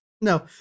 No